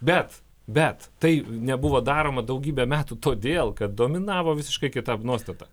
bet bet tai nebuvo daroma daugybę metų todėl kad dominavo visiškai kita nuostata